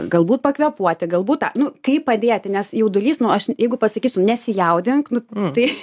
galbūt pakvėpuoti galbūt tą nu kaip padėti nes jaudulys nu aš jeigu pasakysiu nesijaudink nu tai